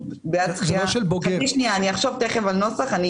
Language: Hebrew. אחשוב על נוסח.